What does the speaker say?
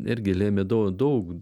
irgi lėmė daug